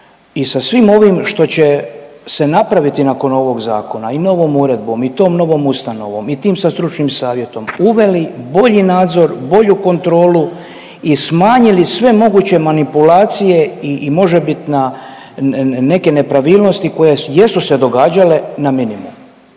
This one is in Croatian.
i sa svim ovim što će se napraviti nakon ovog zakona i novom uredbom i tom novom ustanovom i tim sa stručnim savjetom, uveli bolji nadzor, bolju kontrolu i smanjili sve moguće manipulacije i možebitna, neke nepravilnosti koje jesu se događale na minimum